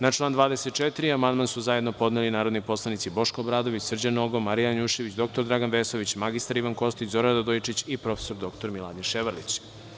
Na član 24. amandman su zajedno podneli su narodni poslanici Boško Obradović, Srđan Nogo, Marija Janjušević, dr Dragan Vesović, mr Ivan Kostić, Zoran Radojičić i prof. dr Miladin Ševarlić.